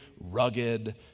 rugged